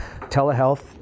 Telehealth